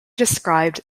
described